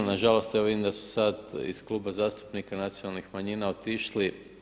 Na žalost evo vidim da su sad iz Kluba zastupnika nacionalnih manjina otišli.